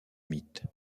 mythe